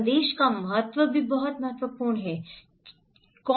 संदेश का महत्व भी बहुत महत्वपूर्ण है ठीक है